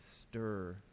stir